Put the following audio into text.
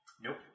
Nope